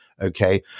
Okay